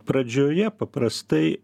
pradžioje paprastai